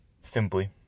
simply